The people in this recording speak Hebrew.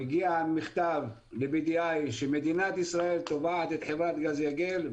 מגיע מכתב ל-BDI שמדינת ישראל תובעת את חברת גז יגל.